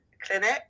clinic